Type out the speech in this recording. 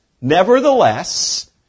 nevertheless